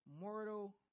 mortal